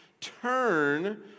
Turn